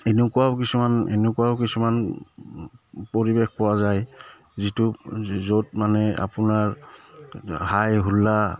এনেকুৱাও কিছুমান এনেকুৱাও কিছুমান পৰিৱেশ পোৱা যায় যিটো য'ত মানে আপোনাৰ হাই হোল্লা